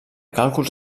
càlculs